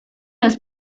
los